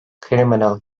criminal